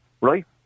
Right